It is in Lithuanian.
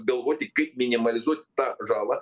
galvoti kaip minimalizuoti tą žalą